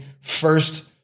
first